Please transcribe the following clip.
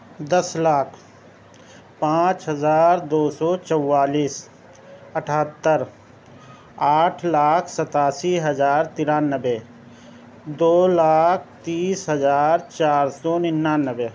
دس لاکھ پانچ ہزار دو سو چوالیس اٹھہتر آٹھ لاکھ ستاسی ہزار ترانوے دو لاکھ تیس ہزار چار سو ننانوے